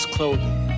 Clothing